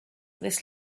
this